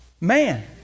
Man